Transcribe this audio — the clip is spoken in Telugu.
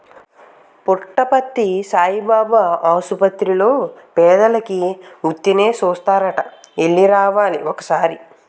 పుట్టపర్తి సాయిబాబు ఆసపత్తిర్లో పేదోలికి ఉత్తినే సూస్తారట ఎల్లి రావాలి ఒకపాలి